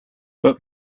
but